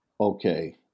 Okay